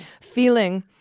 Feeling